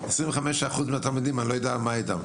25 אחוז מהתלמידים אני לא יודע מה איתם.